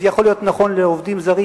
זה יכול להיות נכון לעובדים זרים,